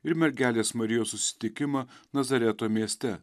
ir mergelės marijos susitikimą nazareto mieste